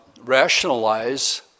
rationalize